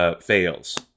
fails